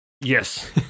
Yes